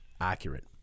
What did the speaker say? accurate